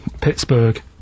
Pittsburgh